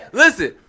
listen